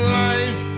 life